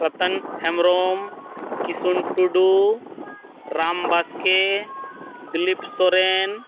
Ratan Hembrom Kisun Tudu Ram Baske Dilip Soren